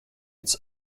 its